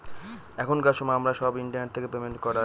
এখনকার সময় আমরা সব ইন্টারনেট থেকে পেমেন্ট করায়